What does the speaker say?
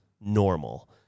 normal